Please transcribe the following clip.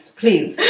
please